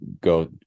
go